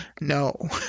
No